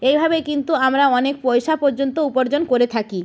এইভাবে কিন্তু আমরা অনেক পয়সা পর্যন্ত উপার্জন করে থাকি